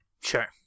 Sure